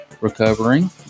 recovering